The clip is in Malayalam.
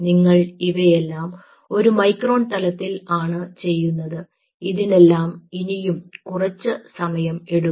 നിങ്ങൾ ഇവയെല്ലാം ഒരു മൈക്രോൺ തലത്തിൽ ആണ് ചെയ്യുന്നത് ഇതിനെല്ലാം ഇനിയും കുറച്ചു സമയം എടുക്കും